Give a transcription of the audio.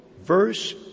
verse